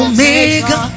Omega